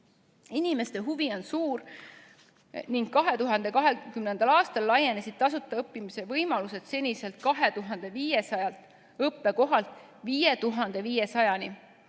Inimeste huvi on suur ning 2020. aastal laienesid tasuta õppimise võimalused seniselt 2500 õppekohalt 5500-ni.